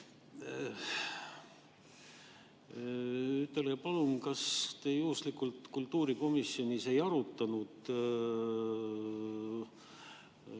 Ütelge palun, kas te juhuslikult kultuurikomisjonis ei arutanud riikliku